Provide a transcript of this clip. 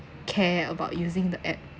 care about using the app